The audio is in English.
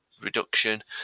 reduction